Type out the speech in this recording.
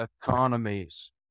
economies